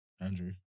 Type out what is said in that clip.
Andrew